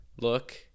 look